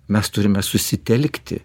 mes turime susitelkti